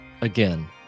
again